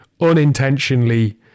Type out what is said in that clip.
unintentionally